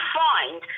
find